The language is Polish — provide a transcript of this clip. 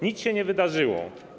Nic się nie wydarzyło.